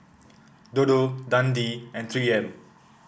Dodo Dundee and Three M